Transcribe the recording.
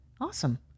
Awesome